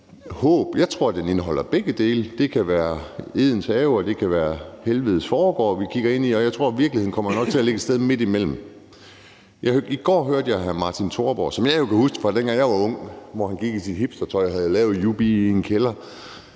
håb. Jeg tror, fremtiden indeholder begge dele. Det kan være Edens have, og det kan være helvedes forgård, vi kigger ind i, og jeg tror, virkeligheden nok kommer til at ligge et sted midt imellem. I går hørte jeg Martin Thorborg – som jeg kan huske, fra dengang jeg var ung, hvor han gik i sit hipstertøj og havde lavet Jubii i en kælder